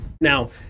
Now